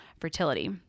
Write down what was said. fertility